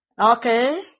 Okay